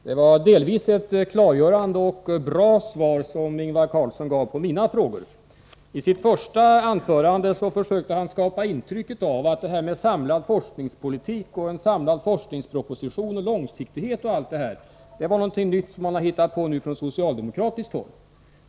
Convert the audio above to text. Fru talman! När det gällde mina frågor gav Ingvar Carlsson delvis ett klargörande och bra svar. I sitt första anförande försökte han skapa intrycket att en sammanhållen forskningspolitik, en samlad forskningsproposition, långsiktighet osv. var något nytt som socialdemokraterna nu hade hittat på.